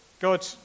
God